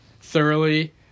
thoroughly